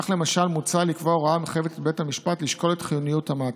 כך למשל מוצע לקבוע הוראה המחייבת את בית המשפט לשקול את חיוניות המעצר.